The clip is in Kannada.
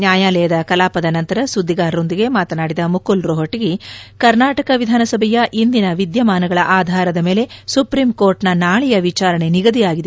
ನ್ಯಾಯಾಲಯದ ಕಲಾಪದ ನಂತರ ಸುದ್ಗಿಗಾರರೊಂದಿಗೆ ಮಾತನಾದಿದ ಮುಕುಲ್ ರೋಹಟಗಿ ಕರ್ನಾಟಕ ವಿಧಾನಸಭೆಯ ಇಂದಿನ ವಿದ್ಯಮಾನಗಳ ಆಧಾರದ ಮೇಲೆ ಸುಪ್ರೀಂ ಕೋರ್ಟ್ನ ನಾಳೆಯ ವಿಚಾರಣೆ ನಿಗದಿಯಾಗಿದೆ